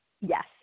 Yes